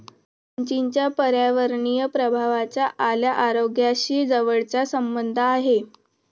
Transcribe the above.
उंचीच्या पर्यावरणीय प्रभावाचा आपल्या आरोग्याशी जवळचा संबंध आहे